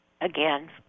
again